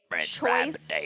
choice